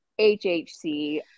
HHC